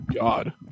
God